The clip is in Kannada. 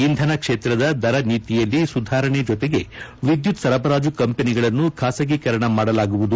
ಇಂಧನ ಕ್ಷೇತ್ರದ ದರ ನೀತಿಯಲ್ಲಿ ಸುಧಾರಣೆ ಜೊತೆಗೆ ವಿದ್ಯುತ್ ಸರಬರಾಜು ಕಂಪನಿಗಳನ್ನು ಖಾಸಗೀಕರಣ ಮಾಡಲಾಗುವುದು